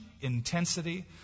intensity